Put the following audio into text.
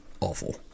awful